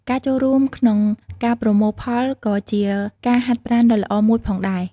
ការចូលរួមក្នុងការប្រមូលផលក៏ជាការហាត់ប្រាណដ៏ល្អមួយផងដែរ។